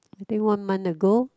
I think one month ago